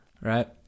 Right